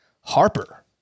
Harper